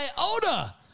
iota